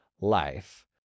life